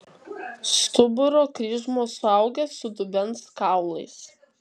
stuburo kryžmuo suaugęs su dubens kaulais